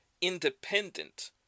independent